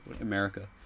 America